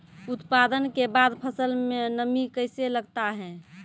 उत्पादन के बाद फसल मे नमी कैसे लगता हैं?